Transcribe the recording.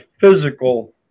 physical